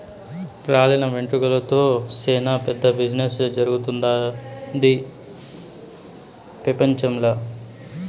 రాలిన వెంట్రుకలతో సేనా పెద్ద బిజినెస్ జరుగుతుండాది పెపంచంల